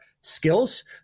skills